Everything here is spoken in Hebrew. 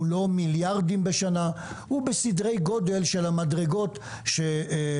הוא לא מיליארדים בשנה אלא הוא בסדרי גודל של המדרגות שהממשלה